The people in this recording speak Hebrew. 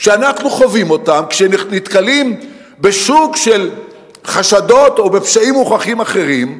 שאנחנו חווים כשאנחנו נתקלים בשוק של חשדות או בפשעים מוכחים אחרים,